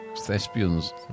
Thespians